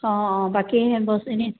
অঁ অঁ বাকী বছ এনেই